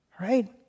Right